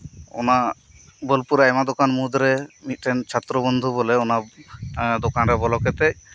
ᱚᱱᱟ ᱵᱳᱞᱯᱩᱨ ᱨᱮ ᱟᱭᱢᱟ ᱫᱚᱠᱟᱱ ᱢᱩᱫ ᱨᱮ ᱢᱤᱫᱴᱮᱱ ᱪᱷᱟᱛᱨᱚ ᱵᱚᱱᱫᱷᱩ ᱵᱚᱞᱮ ᱚᱱᱟ ᱫᱚᱠᱟᱱ ᱨᱮ ᱵᱚᱞᱚ ᱠᱟᱛᱮᱫ